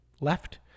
left